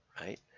right